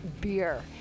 beer